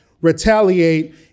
retaliate